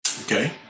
Okay